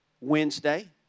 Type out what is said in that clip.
Wednesday